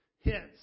hits